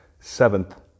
seventh